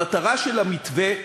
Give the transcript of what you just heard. המטרה של המתווה,